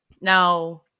now